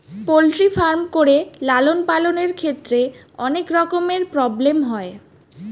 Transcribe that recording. poultry farm করে লালন পালনের ক্ষেত্রে অনেক রকমের প্রব্লেম হয়